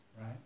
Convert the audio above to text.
right